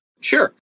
Sure